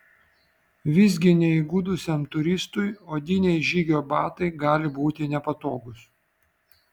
visgi neįgudusiam turistui odiniai žygio batai gali būti nepatogūs